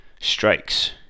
strikes